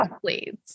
please